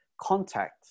contact